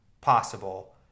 possible